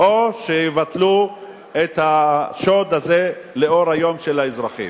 או שיבטלו את השוד הזה לאור היום של האזרחים.